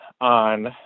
on